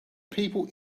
people